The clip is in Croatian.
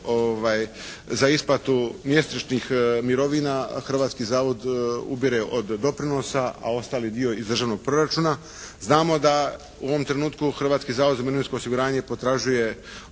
za isplatu mjesečnih mirovina Hrvatski zavod ubire od doprinosa, a ostali dio iz državnog proračuna. Znamo da u ovom trenutku Hrvatski zavod za mirovinsko osiguranje potražuje